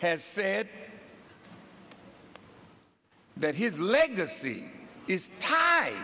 has said that his legacy